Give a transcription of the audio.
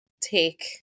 take